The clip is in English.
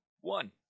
one